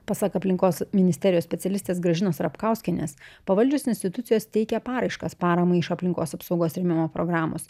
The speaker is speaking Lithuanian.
pasak aplinkos ministerijos specialistės gražinos rapkauskienės pavaldžios institucijos teikia paraiškas paramai iš aplinkos apsaugos rėmimo programos